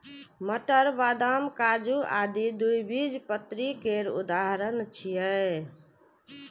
मटर, बदाम, काजू आदि द्विबीजपत्री केर उदाहरण छियै